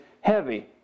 heavy